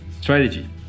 strategy